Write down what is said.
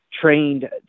trained